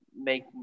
make